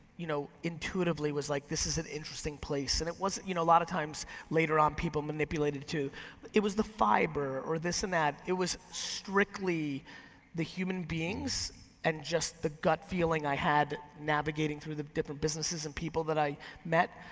you know, intuitively was like this is an interesting place. and it wasn't, you know a lot of times later on people manipulate it to it was the fiber or this and that. it was strictly the human beings and just the gut feeling i had navigating through the different businesses and people that i met,